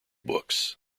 books